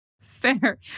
Fair